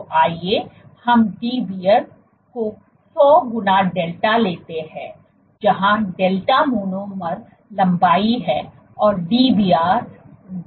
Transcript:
तो आइए हम Dbr को 100 गुना डेल्टा लेते हैं जहां डेल्टा मोनोमर लंबाई है और Dbr 10 डेल्टा है